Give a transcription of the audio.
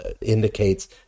indicates